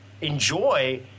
enjoy